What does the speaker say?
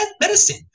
Medicine